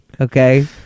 Okay